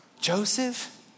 Joseph